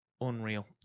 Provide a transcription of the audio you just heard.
unreal